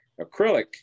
Acrylic